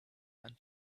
and